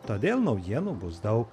todėl naujienų bus daug